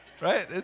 right